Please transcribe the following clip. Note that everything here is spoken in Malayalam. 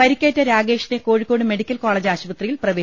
പരിക്കേറ്റ രാഗേഷിനെ കോഴിക്കോട് മെഡിക്കൽ കോളേജ് ആശുപത്രിയിൽ പ്രവേശിപ്പിച്ചു